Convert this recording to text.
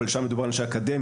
אבל שם מדובר על אנשי אקדמיה,